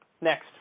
Next